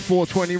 420